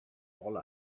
all